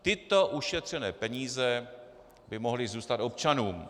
Tyto ušetřené peníze by mohly zůstat občanům.